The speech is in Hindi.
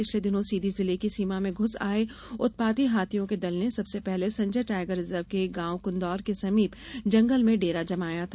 पिछले दिनों सीधी जिले की सीमा में घुस आए उत्पाती हाथियों के दल ने सबसे पहले संजय टाइगर रिजर्व के गाँव कुन्दौर के समीप जंगल में डेरा जमाया था